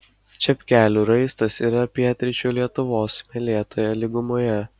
čepkelių raistas yra pietryčių lietuvos smėlėtoje lygumoje